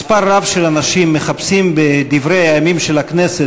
מספר רב של אנשים מחפשים בדברי הימים של הכנסת